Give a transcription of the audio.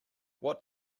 what